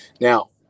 Now